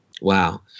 Wow